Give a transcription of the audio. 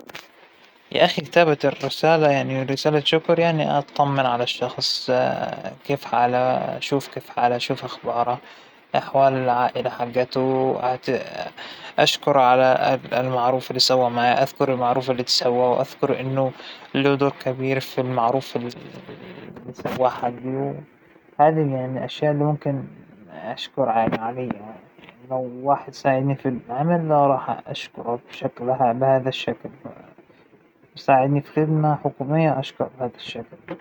كتابة الرسائل عموماً بتتكون من مقدمة، و- ومحتوى صدريعنى للرسالة وخاتمة، وطبعاً أسم المرسل والمرسل إليهم، وهكذى الأشياء وبتختار كلمات بسيطة وصريحة وسهلة، وا- بتكون بنفس الوقت عبارات فيها كم من الشكر والعرفان.